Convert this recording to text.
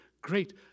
Great